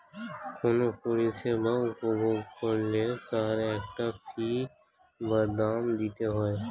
কোনো পরিষেবা উপভোগ করলে তার একটা ফী বা দাম দিতে হয়